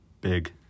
big